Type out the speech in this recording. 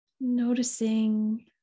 Noticing